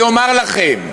אני אומר לכם.